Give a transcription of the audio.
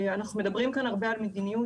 אנחנו מדברים כאן הרבה על מדיניות.